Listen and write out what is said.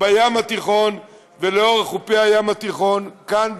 בים התיכון ולאורך חופי הים התיכון כאן,